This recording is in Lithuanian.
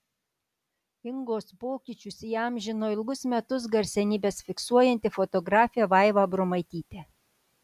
ingos pokyčius įamžino ilgus metus garsenybes fiksuojanti fotografė vaiva abromaitytė